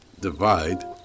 divide